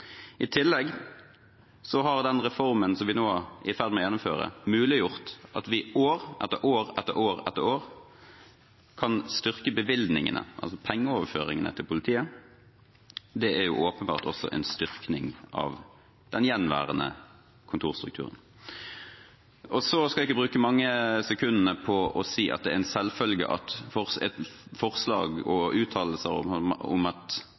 I tillegg har den reformen som vi nå er i ferd med å gjennomføre, muliggjort at vi år etter år kan styrke bevilgningene, altså pengeoverføringene, til politiet. Det er åpenbart også en styrking av den gjenværende kontorstrukturen. Så skal jeg ikke bruke mange sekundene på å si at det er en selvfølge at forslag og uttalelser om